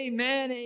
Amen